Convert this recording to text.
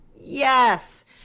Yes